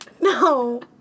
No